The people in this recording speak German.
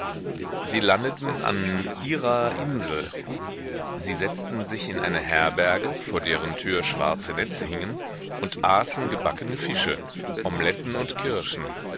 sie landeten an ihrer insel sie setzten sich in eine herberge vor deren tür schwarze netze hingen und aßen gebackene fische omeletten und kirschen